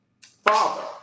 Father